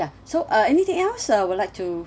so uh anything else uh would like to